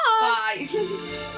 bye